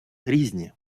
різні